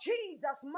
Jesus